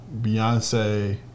Beyonce